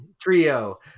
trio